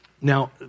Now